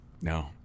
No